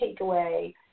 takeaway